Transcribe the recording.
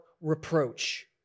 reproach